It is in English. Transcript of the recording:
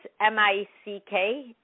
M-I-C-K